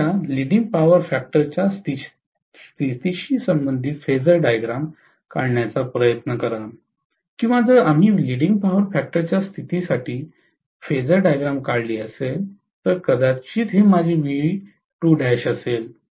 कृपया leading power factor च्या स्थितीशी संबंधित फेज़र डायग्राम काढण्याचा प्रयत्न करा किंवा जर आम्ही लीडिंग पॉवर फॅक्टर च्या स्थितीसाठी फेज़र डायग्राम काढली असेल तर कदाचित हे माझे असेल